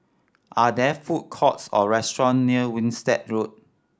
are there food courts or restaurant near Winstedt Road